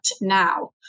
now